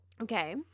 Okay